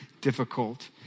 difficult